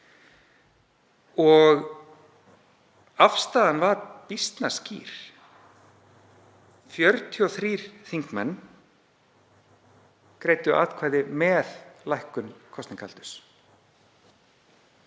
Afstaðan var býsna skýr. 43 þingmenn greiddu atkvæði með lækkun kosningaaldurs.